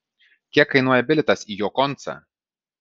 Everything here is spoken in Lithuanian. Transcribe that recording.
kiek kainuoja bilietas į jo koncą